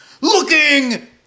Looking